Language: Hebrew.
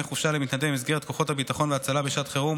חופשה למתנדבים במסגרת כוחות הביטחון והצלה בשעת חירום),